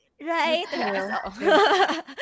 Right